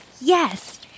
Yes